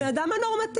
בן אדם נורמטיבי.